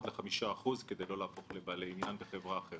ל-5% כדי לא להפוך לבעלי עניין בחברה אחרת.